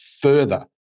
further